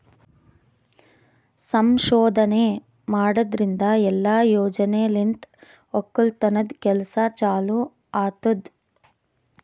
ಸಂಶೋಧನೆ ಮಾಡದ್ರಿಂದ ಇಲ್ಲಾ ಯೋಜನೆಲಿಂತ್ ಒಕ್ಕಲತನದ್ ಕೆಲಸ ಚಲೋ ಆತ್ತುದ್